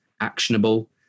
actionable